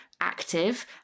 Active